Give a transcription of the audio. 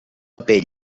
pell